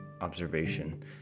observation